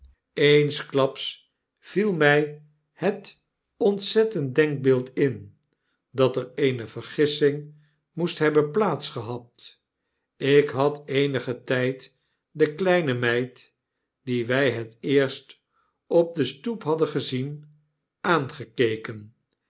eensklaps viel my het ontzettend denkbeeld in dat er eene vergissing moest hebben plaats gehad ik had eenigen tyd de kleine meid die wij het eerst op de stoep hadden gezien aangekeken